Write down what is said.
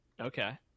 Okay